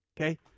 Okay